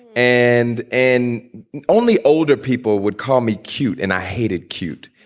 and an only older people would call me cute. and i hated cute.